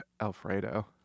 Alfredo